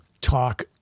talk